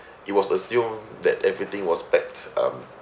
it was assumed that everything was packed um